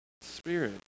spirit